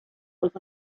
with